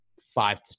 five